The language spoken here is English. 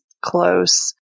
close